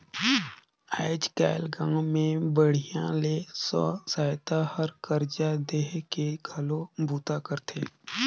आयज कायल गांव मे बड़िहा ले स्व सहायता हर करजा देहे के घलो बूता करथे